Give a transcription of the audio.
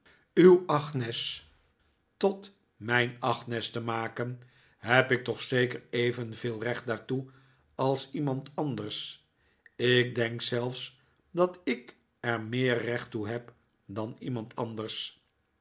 uw agnes tot mijn agnes te maken neb ik toch zeker evenveel recht daartoe als iemand anders ik denk zelfs dat ik er meer recht toe heb dan iemand anders